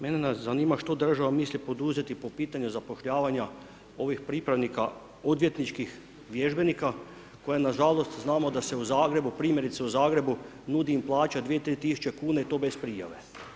Mene zanima što država misli poduzeti po pitanju zapošljavanja ovih pripravnika odvjetničkih vježbenika koje nažalost znamo da se u Zagrebu, primjerice u Zagrebu nudi im plaća 2, 3.000 kuna i to bez prijave.